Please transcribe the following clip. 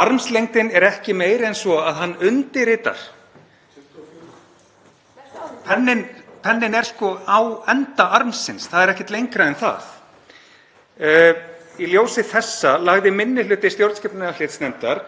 Armslengdin er ekki meiri en svo að hann undirritar. (Gripið fram í.) Penninn er sko á enda armsins, það er ekkert lengra en það. Í ljósi þessa lagði minni hluti stjórnskipunar- og eftirlitsnefndar